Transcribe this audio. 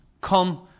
come